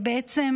בעצם,